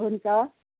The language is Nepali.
हुन्छ